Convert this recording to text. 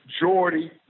Jordy